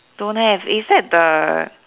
don't have is that the